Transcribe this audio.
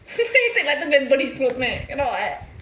take until tampines close meh cannot eh